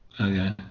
Okay